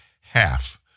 half